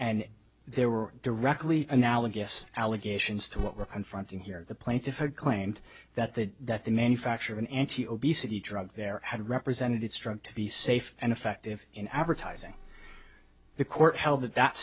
and there were directly analogous allegations to what weapon fronting here the plaintiffs had claimed that the that the manufacture of an anti obesity drug there had represented it struck to be safe and effective in advertising the court held that that